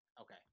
Okay